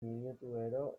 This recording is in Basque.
minutuero